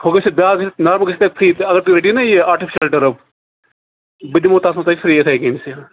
ہُہ گَژھِ بیٛاکھ گژھِ نارمَل گژھِ تۄہہِ فِرٛی اگر تُہۍ رٔٹِو نا یہِ آٹِفِشَل ٹٔرٕپ بہٕ دِمو تَتھ مَنز تۄہہِ فِرٛی یِتھَے کَنۍ